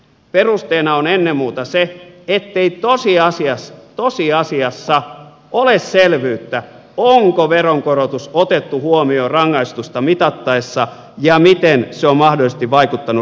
perusteena on ennen muuta se ettei tosiasiassa ole selvyyttä onko veronkorotus otettu huomioon rangaistusta mitattaessa ja miten se on mahdollisesti vaikuttanut rangaistustasoon